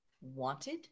wanted